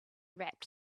wrapped